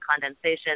condensation